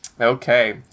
Okay